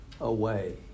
away